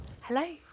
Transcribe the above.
Hello